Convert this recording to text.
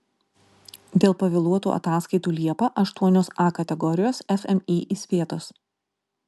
dėl pavėluotų ataskaitų liepą aštuonios a kategorijos fmį įspėtos